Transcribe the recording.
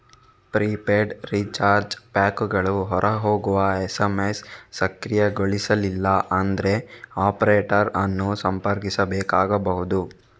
prepaid recharge ಪ್ಯಾಕುಗಳು ಹೊರ ಹೋಗುವ ಎಸ್.ಎಮ್.ಎಸ್ ಸಕ್ರಿಯಗೊಳಿಸಿಲ್ಲ ಅಂದ್ರೆ ಆಪರೇಟರ್ ಅನ್ನು ಸಂಪರ್ಕಿಸಬೇಕಾಗಬಹುದು